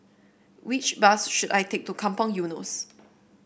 which bus should I take to Kampong Eunos